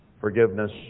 forgiveness